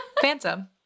phantom